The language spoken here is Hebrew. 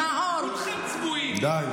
חבר הכנסת נאור שירי, די.